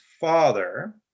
father